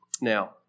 Now